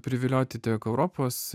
privilioti tiek europos